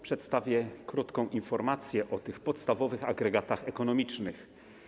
Przedstawię krótką informację o tych podstawowych agregatach ekonomicznych.